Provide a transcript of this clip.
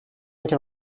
quart